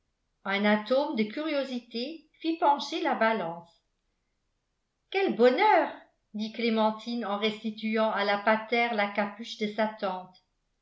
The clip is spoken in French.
un atome de curiosité fit pencher la balance quel bonheur dit clémentine en restituant à la patère la capuche de